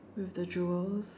with the jewels